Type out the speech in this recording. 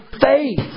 faith